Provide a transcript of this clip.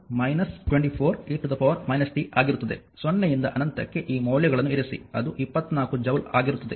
ಆದ್ದರಿಂದ ಅದು 24 e t ಆಗಿರುತ್ತದೆ 0 ಯಿಂದ ಅನಂತಕ್ಕೆ ಈ ಮೌಲ್ಯಗಳನ್ನು ಇರಿಸಿ ಅದು 24 ಜೌಲ್ ಆಗಿರುತ್ತದೆ